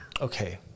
Okay